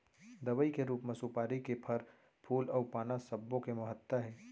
दवई के रूप म सुपारी के फर, फूल अउ पाना सब्बो के महत्ता हे